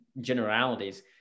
generalities